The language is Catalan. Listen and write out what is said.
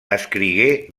escrigué